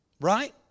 Right